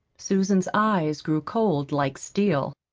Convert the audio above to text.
susan's eyes grew cold like steel.